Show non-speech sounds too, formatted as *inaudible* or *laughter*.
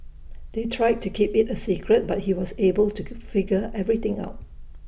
they tried to keep IT A secret but he was able to *unintelligible* figure everything out